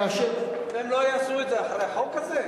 כאשר, והם לא יעשו את זה אחרי החוק הזה?